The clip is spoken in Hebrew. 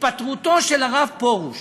התפטרותו של הרב פרוש